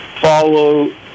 follow